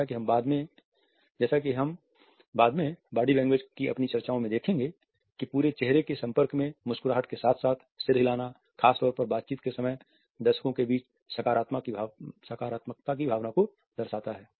जैसा कि हम बाद में बॉडी लैंग्वेज की अपनी चर्चाओं में देखेंगे कि पूरे चेहरे के संपर्क में मुस्कुराहट के साथ साथ सिर हिलाना खासतौर पर बातचीत के समय दर्शकों के बीच सकारात्मकता की भावना को दर्शाता है